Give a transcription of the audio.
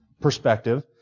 perspective